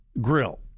Grill